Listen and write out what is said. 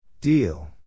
Deal